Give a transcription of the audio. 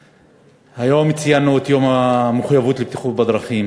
היום ציינו בכנסת את יום המחויבות לבטיחות בדרכים.